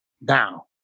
Now